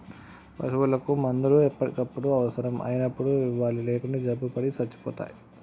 పశువులకు మందులు ఎప్పటికప్పుడు అవసరం అయినప్పుడు ఇవ్వాలి లేకుంటే జబ్బుపడి సచ్చిపోతాయి